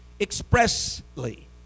expressly